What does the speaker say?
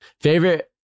Favorite